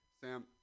sam